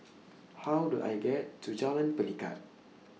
How Do I get to Jalan Pelikat